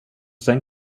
sen